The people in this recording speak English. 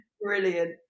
Brilliant